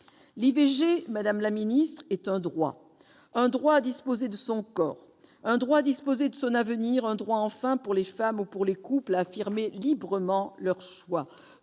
L'IVG, madame la ministre, est un droit : un droit à disposer de son corps, un droit à disposer de son avenir, un droit enfin pour les femmes ou pour les couples à affirmer librement leur choix,